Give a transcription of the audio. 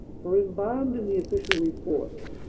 for embalmed in the official reports,